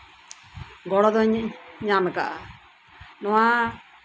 ᱜᱚᱲᱚ ᱫᱚᱧ ᱧᱟᱢ ᱠᱟᱜᱼᱟ ᱱᱚᱣᱟ